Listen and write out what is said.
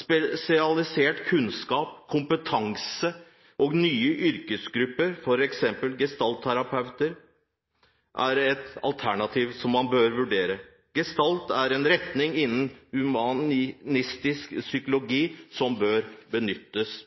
Spesialisert kunnskap, kompetanse og nye yrkesgrupper, f.eks. gestaltterapeuter, er alternativ som man bør vurdere. Gestaltterapi er en retning innen humanistisk psykologi som bør benyttes.